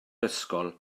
ysgol